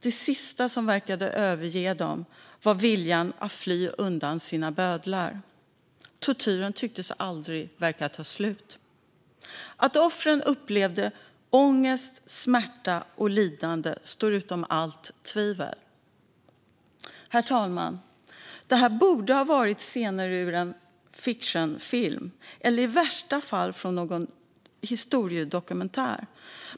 Det sista som verkade överge dem var viljan att fly undan sina bödlar. Tortyren tycktes aldrig ta slut. Att offren upplevde ångest, smärta och lidande står utom allt tvivel. Herr talman! Detta borde ha varit scener ur en spelfilm eller i värsta fall från en historiedokumentär.